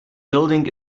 building